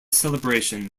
celebration